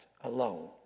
alone